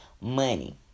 Money